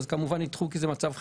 כמובן ידחו כי זה מצב חירום.